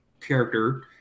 character